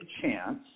chance